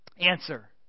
Answer